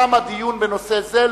תם הדיון בנושא זה.